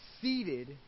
seated